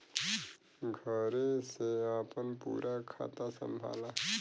घरे से आपन पूरा खाता संभाला